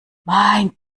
mein